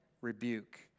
rebuke